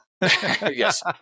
Yes